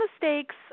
mistakes